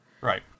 Right